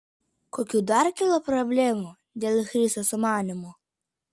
kokių dar kilo problemų dėl chriso sumanymų